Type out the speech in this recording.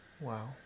Wow